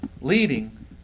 leading